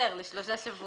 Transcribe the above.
למה התנגדתי?